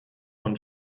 und